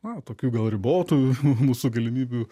na tokių gal ribotų mūsų galimybių